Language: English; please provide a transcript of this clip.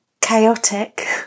chaotic